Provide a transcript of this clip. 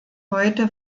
heute